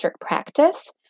practice